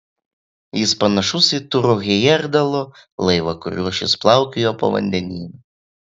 jis panašus į turo hejerdalo laivą kuriuo šis plaukiojo po vandenyną